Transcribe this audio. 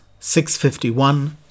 651